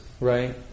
right